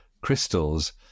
crystals